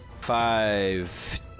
Five